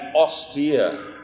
austere